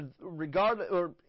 regardless